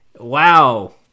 wow